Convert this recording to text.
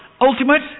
ultimate